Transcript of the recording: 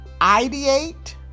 ideate